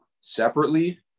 separately